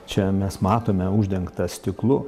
čia mes matome uždengtą stiklu